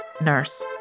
nurse